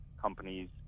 companies